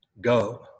Go